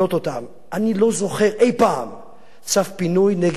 אני לא זוכר אי-פעם צו פינוי נגד משפחת שליט.